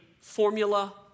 formula